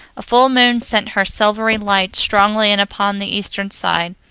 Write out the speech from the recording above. a full moon sent her silvery light strongly in upon the eastern side,